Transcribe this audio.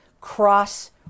cross